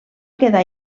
quedar